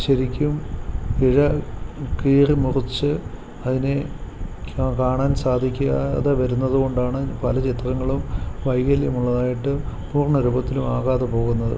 ശരിക്കും ഇഴ കീറിമുറിച്ച് അതിനെ കാണാൻ സാധിക്കാതെ വരുന്നതുകൊണ്ടാണ് പല ചിത്രങ്ങളും വൈകല്യമുള്ളതായിട്ട് പൂർണ്ണ രൂപത്തിലുമാകാതെ പോകുന്നത്